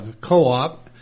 co-op